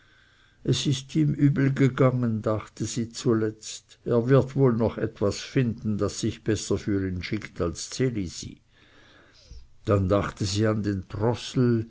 es ist ihm nicht übel gegangen dachte sie zuletzt er wird wohl noch etwas finden das sich besser für ihn schickt als ds elisi dann dachte sie an den trossel